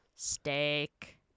Steak